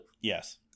yes